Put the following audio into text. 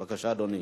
בבקשה, אדוני.